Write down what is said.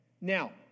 Now